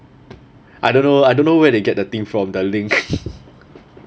I don't know I don't know where they get the thing from the link